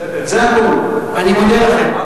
אני מודה לכם.